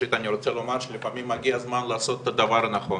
ראשית אני רוצה לומר שלפעמים מגיע הזמן לעשות את הדבר הנכון.